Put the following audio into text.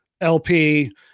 LP